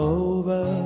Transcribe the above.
over